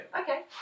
okay